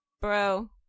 bro